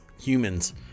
Humans